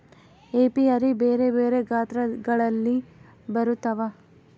apiary ಬೆರೆ ಬೆರೆ ಗಾತ್ರಗಳಲ್ಲಿ ಬರುತ್ವ